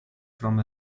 from